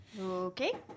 okay